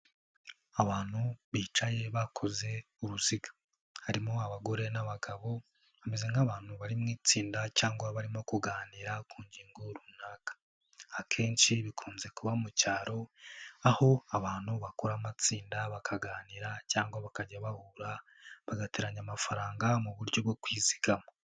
Abantu bicaye bakoze uruziga, harimo abagore n'abagabo bameze nk'abantu bari mu itsinda cyangwa barimo kuganira ku ngingo runaka, akenshi bikunze kuba mu cyaro aho abantu bakora amatsinda bakaganira cyangwa bakajya bahura bagateranya amafaranga mu buryo bwo kwizigama.